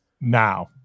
Now